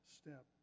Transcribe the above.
step